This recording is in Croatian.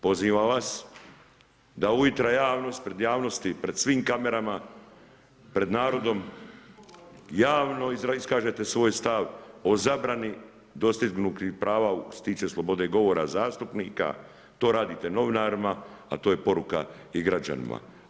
Pozivam vas da ujutro pred javnosti, pred svim kamerama, pred narodom javno iskažete svoj stav o zabrani dostignutih prava što se tiče slobode govora zastupnika, to radite novinarima a to je poruka i građanima.